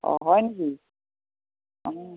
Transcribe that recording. অঁ হয় নেকি অঁ